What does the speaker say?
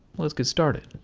let's get started.